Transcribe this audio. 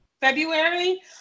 February